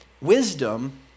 wisdom